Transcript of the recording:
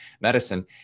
medicine